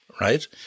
right